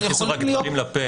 בואו רק לא נכניס לי תכנים לפה.